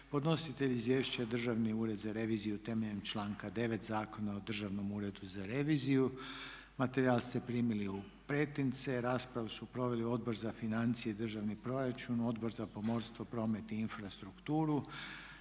Podnositelj izvješća je Državni ured za reviziju temeljem članka 9. Zakona o Državnom uredu za reviziju. Materijal ste primili u pretince. Raspravu su proveli Odbor za financije i državni proračun, Odbor za pomorstvo, promet i infrastrukturu.